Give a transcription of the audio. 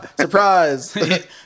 Surprise